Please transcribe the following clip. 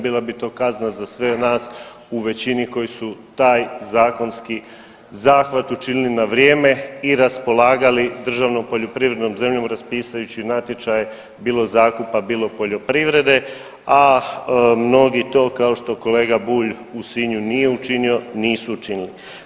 Bila bi to kazna za sve nas u većini koji su taj zakonski zahvat učinili na vrijeme i raspolagali državnom poljoprivrednom zemljom raspisujući natječaj bilo zakupa, bilo poljoprivrede, a mnogi to kao što kolega Bulj u Sinju nije učinio, nisu učinili.